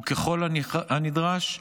וככל הנדרש,